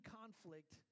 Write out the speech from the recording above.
conflict